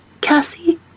Cassie